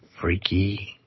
Freaky